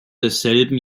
desselben